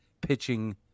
pitching